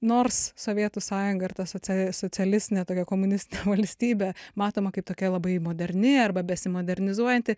nors sovietų sąjunga ir ta socia socialistinė tokia komunistinė valstybė matoma kaip tokia labai moderni arba besimodernizuojanti